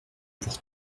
pour